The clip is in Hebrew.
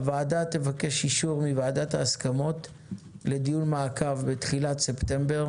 הוועדה תבקש אישור מוועדת ההסכמות לדיון מעקב בתחילת ספטמבר